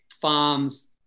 farms